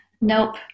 nope